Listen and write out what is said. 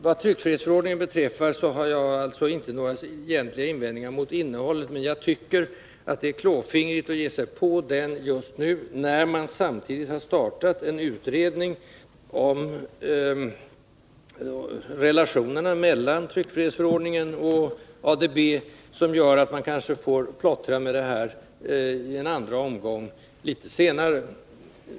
Vad tryckfrihetsförordningen beträffar har jag inte några egentliga invändningar mot det föreslagna innehållet, men jag tycker att det är klåfingrigt att genomföra en ändring just nu när det samtidigt har igångsatts en utredning om relationerna mellan tryckfrihetsförordningen och ADB som gör att vi kanske får plottra med detta en andra omgång litet senare.